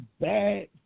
bad